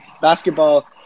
basketball